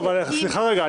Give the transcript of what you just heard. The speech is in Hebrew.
סליחה רגע,